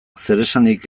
zeresanik